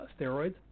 steroids